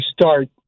start